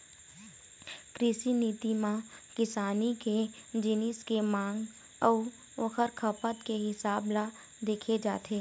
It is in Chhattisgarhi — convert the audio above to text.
कृषि नीति म किसानी के जिनिस के मांग अउ ओखर खपत के हिसाब ल देखे जाथे